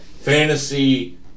fantasy